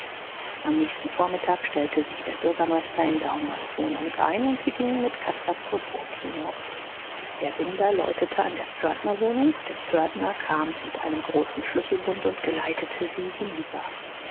am nächsten vormittag stellte sich der bürgermeister in daumers wohnung ein und sie gingen mit caspar zur burg hinauf herr binder läutete an der pförtnerwohnung der pförtner kam mit einem großen schlüsselbund und geleitete sie hinüber